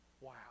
Wow